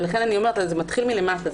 לכן אני אומרת שזה מתחיל מלמטה,